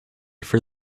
for